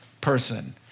person